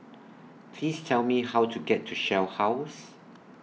Please Tell Me How to get to Shell House